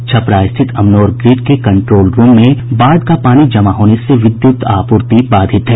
छपरा स्थित अमनौर ग्रिड के control room में बाढ़ का पानी जमा होने से विद्युत आपूर्ति बाधित है